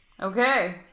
Okay